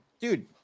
dude